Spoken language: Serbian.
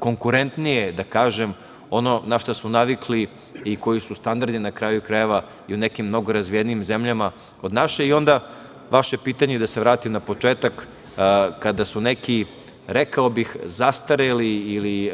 konkurentnije, da kažem, ono na šta su navikli i koju su standardi, na kraju krajeva, i u nekim mnogo razvijenim zemljama od naše. Onda, vaše pitanje je, da se vratim na početak, kada su neki, rekao bih, zastareli,